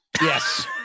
Yes